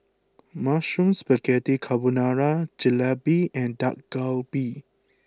Mushroom Spaghetti Carbonara Jalebi and Dak Galbi